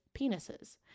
penises